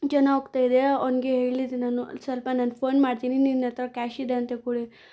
ಜನ ಹೋಗ್ತಾ ಇದೆಯಾ ಅವನಿಗೆ ಹೇಳಿದೆ ನಾನು ಸ್ವಲ್ಪ ನಾನು ಫೋನ್ ಮಾಡ್ತೀನಿ ನಿನ್ನ ಹತ್ರ ಕ್ಯಾಶ್ ಇದೆ ಅಂತ ಕೊಡಿ